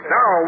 Now